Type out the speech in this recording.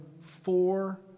four